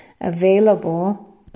available